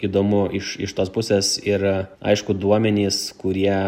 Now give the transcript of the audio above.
įdomu iš iš tos pusės ir a aišku duomenys kurie